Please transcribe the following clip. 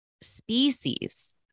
species